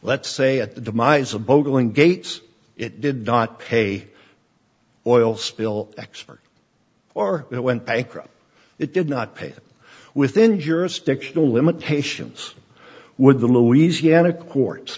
let's say at the demise of bogle in gates it did not pay oil spill expert or it went bankrupt it did not pay within jurisdictional limitations would the louisiana courts